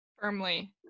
Firmly